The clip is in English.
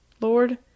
Lord